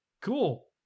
Cool